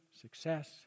success